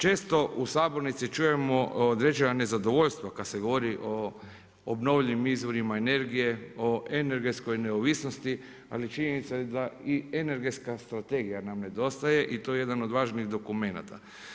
Često u sabornici čujemo određena nezadovoljstva kad se govori o obnovljivim izvorima energije, o energetskoj neovisnosti, ali činjenica je da i energetska strategija nam nedostaje, i to je jedan od važnijih dokumenata.